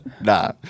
Nah